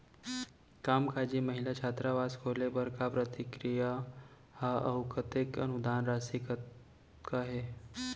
कामकाजी महिला छात्रावास खोले बर का प्रक्रिया ह अऊ कतेक अनुदान राशि कतका हे?